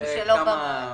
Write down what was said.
שהוגשו שלא במועד?